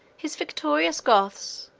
his victorious goths,